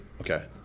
Okay